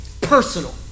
personal